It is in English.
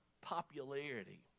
popularity